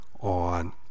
on